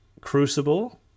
crucible